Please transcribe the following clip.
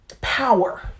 power